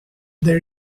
there